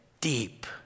deep